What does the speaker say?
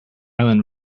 island